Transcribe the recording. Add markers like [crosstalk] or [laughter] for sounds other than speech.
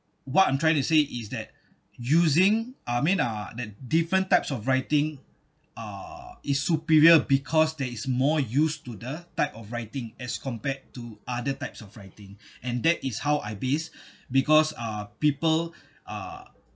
what I'm trying to say is that using I mean uh that different types of writing uh is superior because there is more use to the type of writing as compared to other types of writing [breath] and that is how I base [breath] because uh people uh